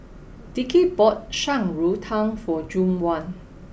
Dickie bought Shan Rui Tang for Juwan